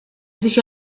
sich